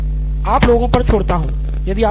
मैं इसे आप लोगों पर छोड़ता हूं